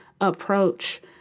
approach